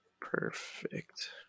Perfect